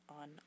on